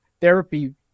therapy